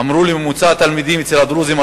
אמרו לי: הממוצע אצל הדרוזים,